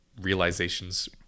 realizations